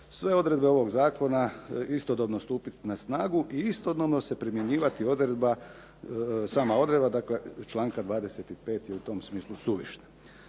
sve odredbe ovog Zakona istodobno stupiti na snagu i istodobno se primjenjivati odredba dakle članka 25. je u tom smislu suvišne.